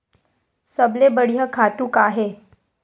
सबले बढ़िया खातु का हे?